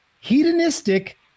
hedonistic